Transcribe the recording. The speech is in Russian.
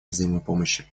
взаимопомощи